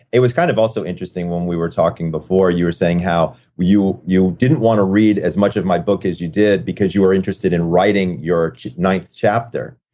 it was kind of also interesting when we were talking before. you were saying how you you didn't want to read as much of my book as you did because you were interested in writing your ninth chapter,